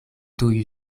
tuj